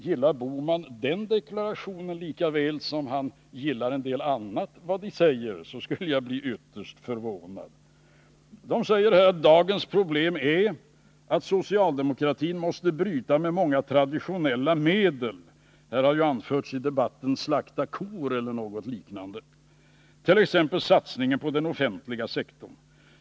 Gillar Gösta Bohman den deklarationen lika väl som han gillar en del annat av vad de säger, skulle jag bli ytterst förvånad. De säger här att dagens problem är att socialdemokratin måste bryta med många traditionella medel. Det har ju i debatten talats om att slakta kor eller något liknande, t.ex. om satsningen på den offentliga sektorn.